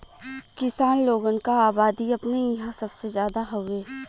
किसान लोगन क अबादी अपने इंहा सबसे जादा हउवे